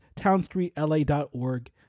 townstreetla.org